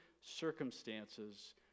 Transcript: circumstances